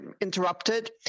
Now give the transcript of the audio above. interrupted